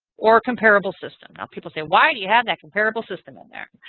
or comparable system. now people say, why do you have that comparable system in there?